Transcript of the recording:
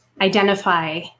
identify